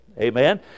Amen